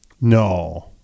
No